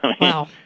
Wow